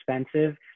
expensive